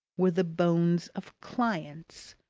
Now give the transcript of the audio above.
were the bones of clients,